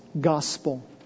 gospel